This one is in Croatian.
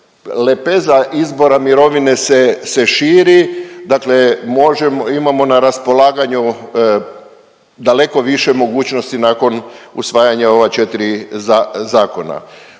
lepeza izbora mirovine se širi, dakle možemo, imamo na raspolaganju daleko više mogućnosti nakon usvajanja ova 4 zakona.